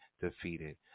defeated